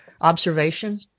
observation